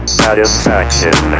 satisfaction